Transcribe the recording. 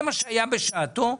זה מה שהיה בשעתו.